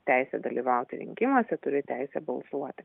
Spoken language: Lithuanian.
teisę dalyvauti rinkimuose turi teisę balsuoti